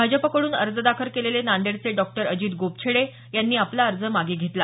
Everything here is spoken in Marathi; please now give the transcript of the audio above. भाजपकड्रन अर्ज दाखल केलेले नांदेडचे डॉक्टर अजित गोपछेडे यांनी आपला अर्ज मागे घेतला